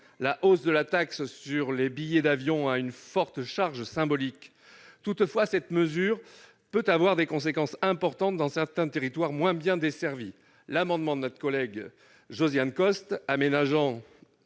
La hausse de la taxe sur les billets d'avion a une forte charge symbolique. Toutefois, cette mesure peut avoir de grandes conséquences dans certains territoires mal desservis. L'amendement de notre collègue Josiane Costes, tendant